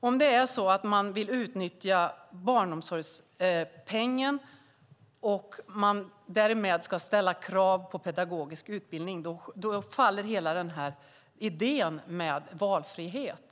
Om det är så att man vill utnyttja barnomsorgspengen och man därmed ska ställa krav på pedagogisk utbildning faller hela idén med valfrihet.